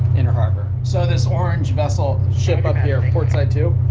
inner harbor. so this orange vessel ship up here, port side too,